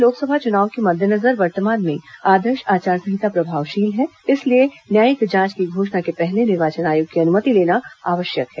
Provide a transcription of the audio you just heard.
प्रदेश में लोकसभा चुनाव के मद्देनजर वर्तमान में आदर्श आचार संहिता प्रभावशील है इसलिए न्यायिक जांच के घोषणा के पहले निर्वाचन आयोग की अनुमति लेना आवश्यक है